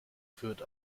führt